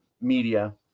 media